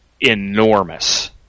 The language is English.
enormous